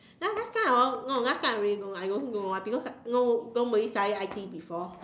ya last time I no last time I really don't know I don't know because like no~ nobody study it before